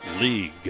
League